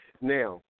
Now